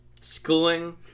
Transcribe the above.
schooling